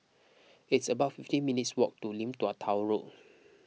it's about fifteen minutes' walk to Lim Tua Tow Road